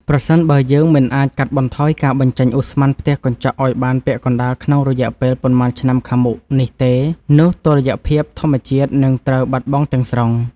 ប្រសិនបើយើងមិនអាចកាត់បន្ថយការបញ្ចេញឧស្ម័នផ្ទះកញ្ចក់ឱ្យបានពាក់កណ្ដាលក្នុងរយៈពេលប៉ុន្មានឆ្នាំខាងមុខនេះទេ នោះតុល្យភាពធម្មជាតិនឹងត្រូវបាត់បង់ទាំងស្រុង។